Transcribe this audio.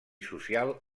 social